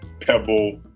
pebble